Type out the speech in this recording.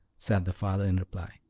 said the father in reply.